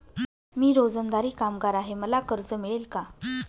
मी रोजंदारी कामगार आहे मला कर्ज मिळेल का?